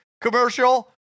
commercial